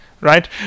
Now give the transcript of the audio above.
Right